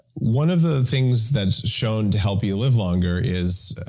one of the things that's shown to help you live longer is,